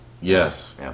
Yes